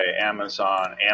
amazon